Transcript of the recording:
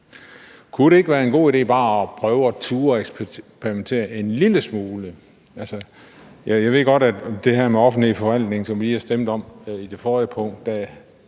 Kunne det ikke være en god idé bare at prøve at turde eksperimentere en lille smule? Jeg ved godt, at det i det her med offentlighed i forvaltningen, som vi har stemt om under det forrige punkt,